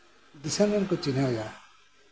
ᱫᱤᱥᱚᱢ ᱨᱮᱱ ᱠᱚ ᱪᱤᱱᱦᱟᱹᱣ ᱮᱭᱟ